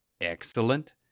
excellent